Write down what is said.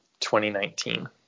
2019